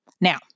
Now